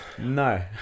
No